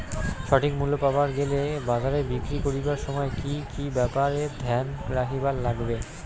সঠিক মূল্য পাবার গেলে বাজারে বিক্রি করিবার সময় কি কি ব্যাপার এ ধ্যান রাখিবার লাগবে?